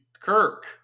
Kirk